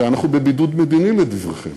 הרי אנחנו בבידוד מדיני לדבריכם,